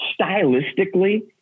stylistically